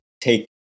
take